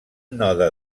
node